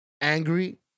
angry